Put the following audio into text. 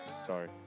Sorry